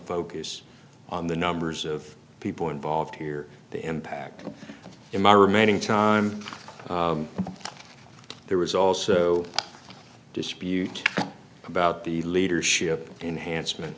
focus on the numbers of people involved here the impact in my remaining time there was also a dispute about the leadership enhancement